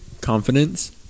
confidence